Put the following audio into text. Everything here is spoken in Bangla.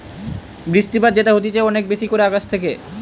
বৃষ্টিপাত যেটা হতিছে অনেক বেশি করে আকাশ থেকে